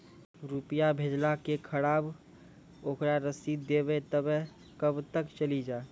रुपिया भेजाला के खराब ओकरा रसीद देबे तबे कब ते चली जा?